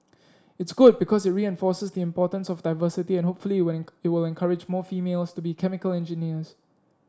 it's good because it reinforces the importance of diversity and hopefully it when it will encourage more females to be chemical engineers